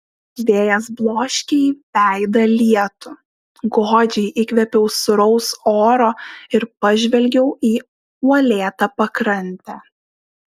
vėjas bloškė į veidą lietų godžiai įkvėpiau sūraus oro ir pažvelgiau į uolėtą pakrantę